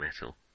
metal